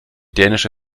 dänische